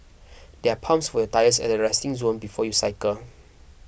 there are pumps for your tyres at the resting zone before you cycle